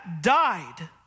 died